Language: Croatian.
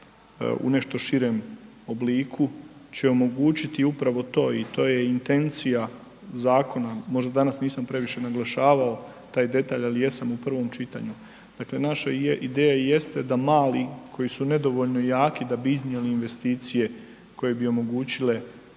u nešto širem obliku će omogućiti upravo to i to je intencija zakona, možda danas nisam previše naglašavao taj detalj ali jesam u prvom čitanju. Dakle ideja i jeste da mali koji su nedovoljno jaki da bi iznijeli investicije koje bi omogućile